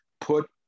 put